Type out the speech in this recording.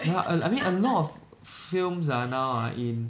ya uh um a lot of films ah now are in